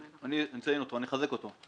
אני אחזק אותו.